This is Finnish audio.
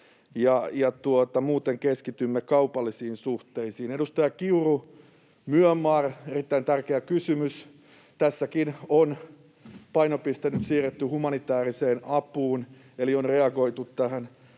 ja muuten keskitymme kaupallisiin suhteisiin. Edustaja Kiuru: Myanmar — erittäin tärkeä kysymys. Tässäkin on painopiste nyt siirretty humanitääriseen apuun eli on reagoitu tähän